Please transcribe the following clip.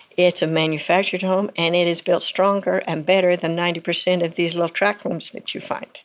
it's a manufactured home, and it is built stronger and better than ninety percent of these little tract homes that you find.